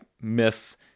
miss